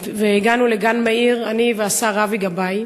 והגענו לגן מאיר, אני והשר אבי גבאי,